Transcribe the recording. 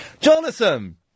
Jonathan